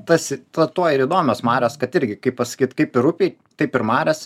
tas tuo ir įdomios marios kad irgi kaip pasakyt kaip ir upėj taip ir marias